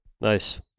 Nice